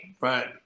Right